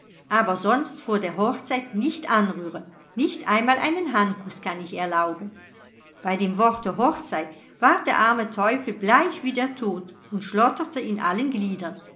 aber sonst vor der hochzeit nicht anrühren nicht einmal einen handkuß kann ich erlauben bei dem worte hochzeit ward der arme teufel bleich wie der tod und schlotterte in allen gliedern